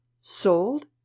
sold